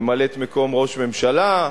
ממלאת-מקום ראש ממשלה,